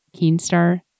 Keenstar